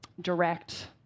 direct